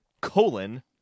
colon